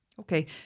Okay